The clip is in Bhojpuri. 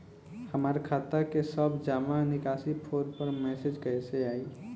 हमार खाता के सब जमा निकासी फोन पर मैसेज कैसे आई?